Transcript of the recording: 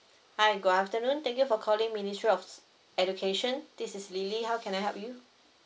hi good afternoon thank you for calling ministry of education this is lily how can I help you